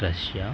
Russia